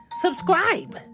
subscribe